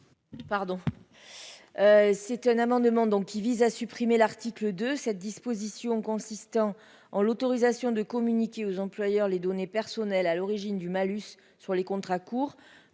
c'est un amendement donc qui vise à supprimer l'article de cette disposition, consistant en l'autorisation de communiquer aux employeurs les données personnelles à l'origine du malus sur les contrats courts